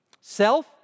Self